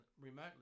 remotely